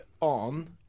on